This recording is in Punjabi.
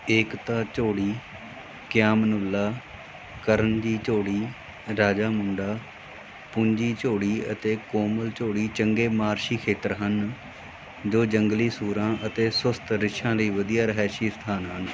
ਏਕਤਾ ਝੋੜੀ ਕਿਆਮਨੁੱਲਾ ਕਰਨਜੀ ਝੋੜੀ ਰਾਜਾਮੁੰਡਾ ਪੁੰਜੀ ਝੋੜੀ ਅਤੇ ਕੋਮਲ ਝੋੜੀ ਚੰਗੇ ਮਾਰਸ਼ੀ ਖੇਤਰ ਹਨ ਜੋ ਜੰਗਲੀ ਸੂਰਾਂ ਅਤੇ ਸੁਸਤ ਰਿੱਛਾਂ ਲਈ ਵਧੀਆ ਰਿਹਾਇਸ਼ੀ ਸਥਾਨ ਹਨ